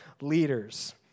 leaders